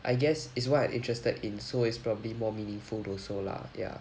I guess is what I'm interested in so it's probably more meaningful also lah ya